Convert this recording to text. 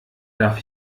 darf